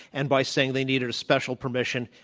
and by saying they needed special permission,